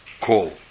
call